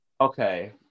Okay